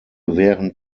während